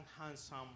handsome